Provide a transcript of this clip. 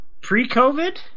Pre-COVID